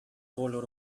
color